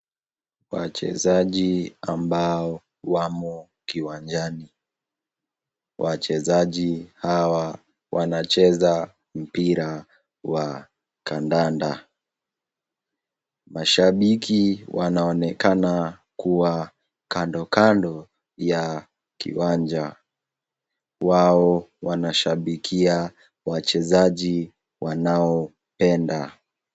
Wachezaji ambao wamo kiwanjani, wachezaji hawa wanacheza mpira wa kandanda, mashabiki wanaonekana kuwa kandokando ya kiwanja, wao wanashabikia wachezaji wanao penda.